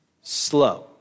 slow